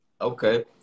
Okay